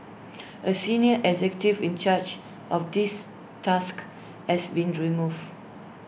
A senior executive in charge of this task has been removed